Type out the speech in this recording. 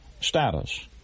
status